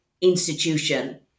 institution